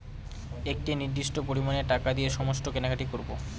একটি নির্দিষ্ট পরিমানে টাকা দিয়ে সমস্ত কেনাকাটি করবো